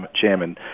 chairman